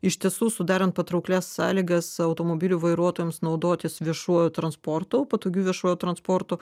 iš tiesų sudarant patrauklias sąlygas automobilių vairuotojams naudotis viešuoju transportu patogiu viešuoju transportu